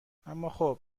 اماخب